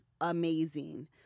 amazing